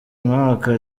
mwaka